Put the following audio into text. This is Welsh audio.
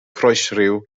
croesryw